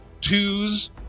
twos